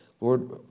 Lord